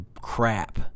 crap